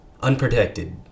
Unprotected